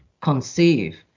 conceive